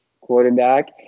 quarterback